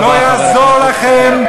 לא יעזור לכם,